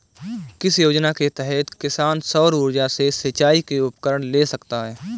किस योजना के तहत किसान सौर ऊर्जा से सिंचाई के उपकरण ले सकता है?